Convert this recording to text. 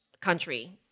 country